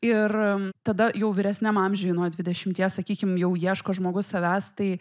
ir tada jau vyresniam amžiuj nuo dvidešimties sakykim jau ieško žmogus savęs tai